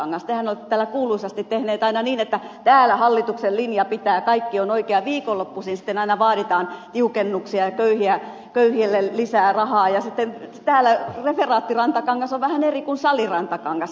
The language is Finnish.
tehän olette täällä kuuluisasti tehnyt aina niin että täällä hallituksen linja pitää kaikki on oikein ja viikonloppuisin sitten aina vaaditaan tiukennuksia ja köyhille lisää rahaa ja sitten täällä referaatti rantakangas on vähän eri kuin sali rantakangas